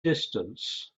distance